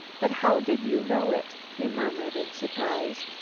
but how did you know it? he murmured in surprise.